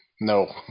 No